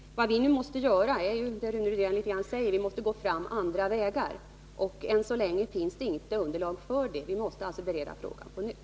Vad vi nu måste göra är ungefär det Rune Rydén själv säger, nämligen att gå fram på andra vägar. Än så länge finns inget underlag för det. Vi måste alltså bereda frågan på nytt.